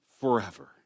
forever